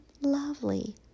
lovely